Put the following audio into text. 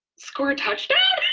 score a touchdown?